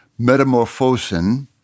Metamorphosen